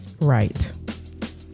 right